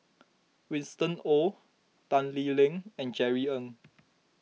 Winston Oh Tan Lee Leng and Jerry Ng